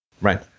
Right